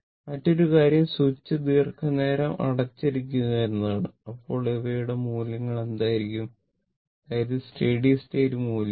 മറ്റൊരു കാര്യം സ്വിച്ച് ദീർഘനേരം അടച്ചിരിക്കുക എന്നതാണ് അപ്പോൾ അവയുടെ മൂല്യങ്ങൾ എന്തായിരിക്കും അതായത് സ്റ്റഡി സ്റ്റേറ്റ് മൂല്യങ്ങൾ ആവും